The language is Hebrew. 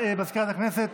מזכירת הכנסת,